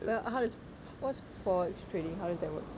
how does fo~ what's forex trading how does that work